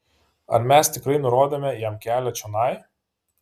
ar mes tikrai nurodėme jam kelią čionai